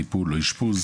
טיפול או אשפוז